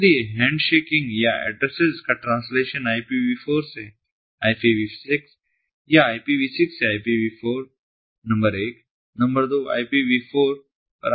इसलिए हैंडशेकिंग या ऐड्रेसेस का ट्रांसलेशन IPV4 से IPV6 या IPV6 से IPV4 नंबर 1 नंबर 2 IPV4 पर IPV6 की टनलिंग है